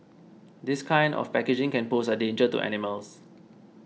this kind of packaging can pose a danger to animals